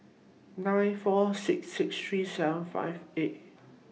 nine four six six three seven five eight